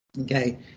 okay